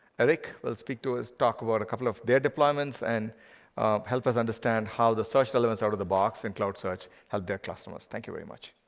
eric will speak to us, talk about a couple of their deployments, and help us understand how the search elements out of the box in cloud search help their customers. customers. thank you very much.